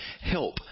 help